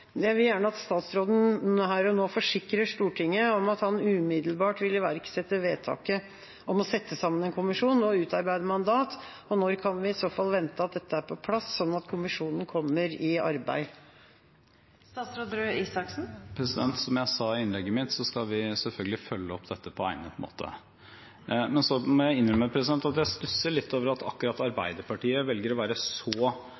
jeg vil gjerne at statsråden her og nå forsikrer Stortinget om at han umiddelbart vil iverksette vedtaket om å sette sammen en kommisjon og utarbeide mandat. Når kan vi i så fall vente at dette er på plass, sånn at kommisjonen kommer i arbeid? Som jeg sa i innlegget mitt, skal vi selvfølgelig følge opp dette på egnet måte. Men så må jeg innrømme at jeg stusser litt over at akkurat Arbeiderpartiet velger å være så